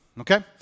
okay